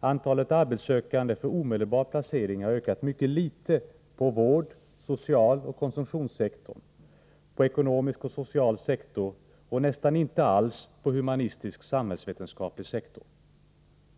Antalet arbetssökande för omedelbar placering har ökat mycket litet på vård-, socialoch konsumtionssektorn samt på ekonomisk och merkantil sektor och nästan inte alls på humanistisk-samhällsvetenskaplig sektor.